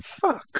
fuck